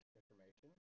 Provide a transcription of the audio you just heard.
information